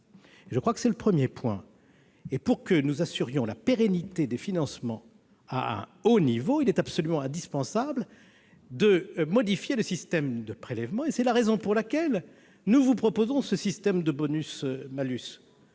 a salué le sérieux. Pour assurer la pérennité des financements à un haut niveau, il est absolument indispensable de modifier le système de prélèvement. C'est la raison pour laquelle nous vous proposons ce système de bonus-malus.